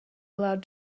allowed